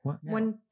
One